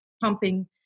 pumping